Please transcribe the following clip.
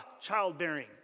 childbearing